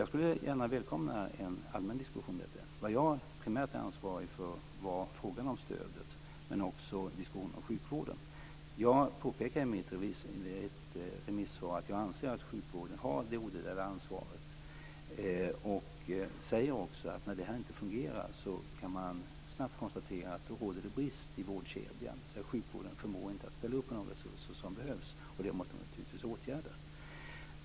Jag skulle välkomna en allmän diskussion om detta. Vad jag primärt är ansvarig för är frågan om stödet men också diskussionen om sjukvården. Jag påpekade i mitt svar att jag anser att sjukvården har det odelade ansvaret och säger också att när det inte fungerar råder det brist i vårdkedjan. Sjukvården förmår inte att ställa upp med de resurser som behövs. Det måste man naturligtvis åtgärda.